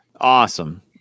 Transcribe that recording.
Awesome